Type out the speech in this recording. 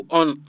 on